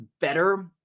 better